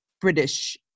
British